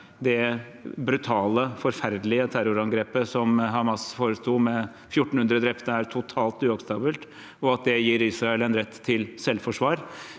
det brutale, forferdelige terrorangrepet som Hamas foretok, med 1 400 drepte, er totalt uakseptabelt, og at det gir Israel en rett til selvforsvar,